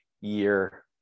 year